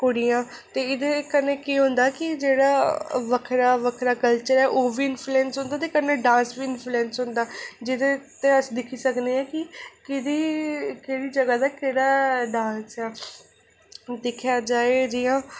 ते इदे कन्नै केह् होंदा कि जेह्ड़ा बक्खरा बक्खरा कल्चर ऐ ओह् बी इन्फ्यूलेंस होंदा ते कन्नै डांस बी इन्फ्यूलेंस होंदा जेह्दे ते अस दिक्खी सकने आं कि किदी केह्ड़ी जगह दा 'केह्ड़ा डांस ऐ दिक्खेआ जाए जि'यां